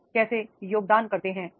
आप कैसे योगदान करते हैं